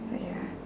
but ya